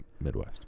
Midwest